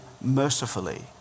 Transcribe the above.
mercifully